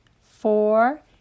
four